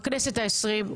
בכנסת ה-20,